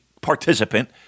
participant